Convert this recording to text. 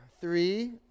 Three